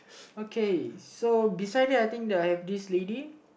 okay so beside that I think the have this lady